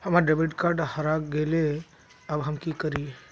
हमर debit card हरा गेले अब हम की करिये?